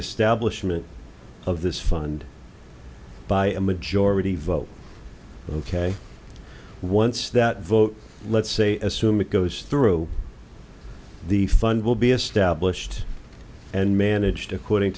establishment of this fund by a majority vote ok once that vote let's say assume it goes through the fund will be established and managed according